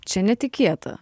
čia netikėta